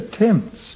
attempts